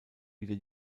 wieder